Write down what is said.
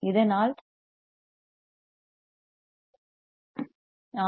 இதனால் ஆர்